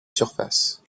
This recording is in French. surface